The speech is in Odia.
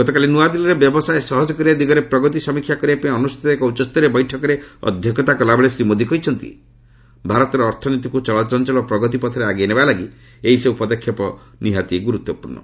ଗତକାଲି ନୂଆଦିଲ୍ଲୀରେ ବ୍ୟବସାୟ ସହଜ କରିବା ଦିଗରେ ପ୍ରଗତି ସମୀକ୍ଷା କରିବା ପାଇଁ ଅନୁଷ୍ଠିତ ଏକ ଉଚ୍ଚସ୍ତରୀୟ ବୈଠକରେ ଅଧ୍ୟକ୍ଷତା କଲାବେଳେ ଶ୍ରୀ ମୋଦି କହିଛନ୍ତି ଭାରତର ଅର୍ଥନୀତିକୁ ଚଳଚଞ୍ଚଳ ଓ ପ୍ରଗତି ପଥରେ ଆଗେଇ ନେବାଲାଗି ଏହିସବୁ ପଦକ୍ଷେପ ନିହାତି ଗୁରୁତ୍ୱପୂର୍ଣ୍ଣ